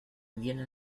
viene